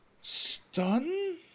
Stun